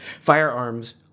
firearms